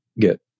get